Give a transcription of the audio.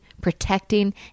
protecting